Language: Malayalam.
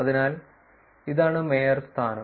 അതിനാൽ ഇതാണ് മേയർ സ്ഥാനം